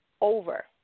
over